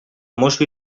mosso